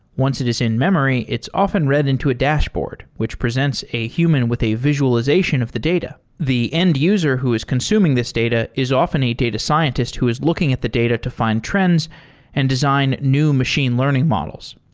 once it is in memory, it's often read into a dashboard, which presents a human with a visualization of the data. the end user who is consuming this data is often a data scientist who is looking at the data to fi nd trends and design new machine learning models.